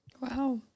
Wow